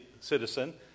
citizen